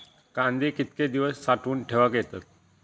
कांदे कितके दिवस साठऊन ठेवक येतत?